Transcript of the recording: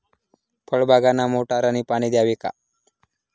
फळबागांना मोटारने पाणी द्यावे का?